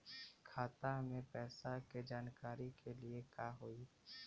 खाता मे पैसा के जानकारी के लिए का होई?